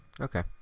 okay